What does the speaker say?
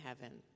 heaven